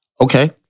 Okay